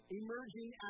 emerging